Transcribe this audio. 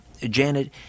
Janet